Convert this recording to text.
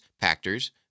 packers